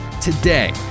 Today